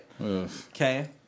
Okay